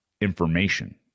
information